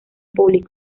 público